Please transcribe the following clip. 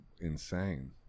insane